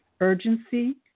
urgency